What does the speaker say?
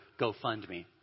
GoFundMe